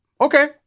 okay